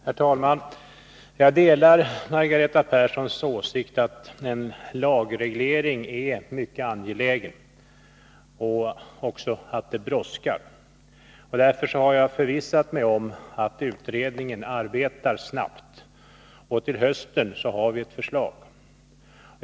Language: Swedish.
Herr talman! Jag delar Margareta Perssons åsikt att en lagreglering är mycket angelägen och att frågan brådskar. Därför har jag förvissat mig om att utredningen arbetar snabbt — till hösten får vi alltså ett förslag.